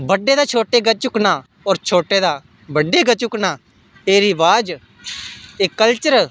बड्डें दा छोटें अग्गें झुकना होर छोटें दा बड्डैं अग्गें झुकना एह् रवाज एह् कल्चर